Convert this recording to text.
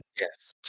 Yes